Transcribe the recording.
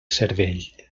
cervell